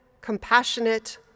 compassionate